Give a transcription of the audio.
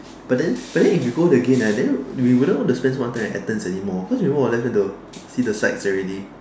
but then but then if you go there again ah then we wouldn't want to spend so much time at Athens anymore cause we more or less went to see the sights already